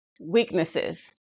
weaknesses